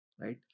right